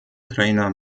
trainer